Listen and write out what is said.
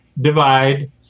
divide